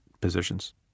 positions